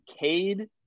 Cade